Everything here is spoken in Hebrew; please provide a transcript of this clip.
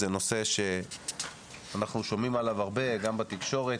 זה נושא שאנחנו שומעים עליו הרבה גם בתקשורת